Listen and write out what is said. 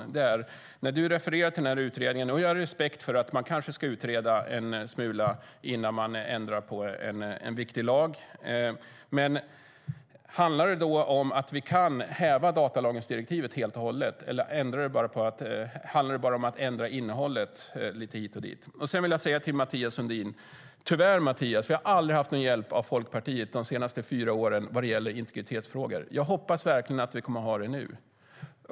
När du refererar till utredningen - jag har respekt för att man kanske ska utreda en smula innan man ändrar på en viktig lag - handlar det då om att vi kan häva lagen om datalagring helt och hållet, eller handlar det bara om att ändra innehållet lite? Till Mathias Sundin vill jag säga: Tyvärr har vi aldrig haft någon hjälp av Folkpartiet de senaste fyra åren vad gäller integritetsfrågor. Jag hoppas verkligen att vi kommer att ha det nu.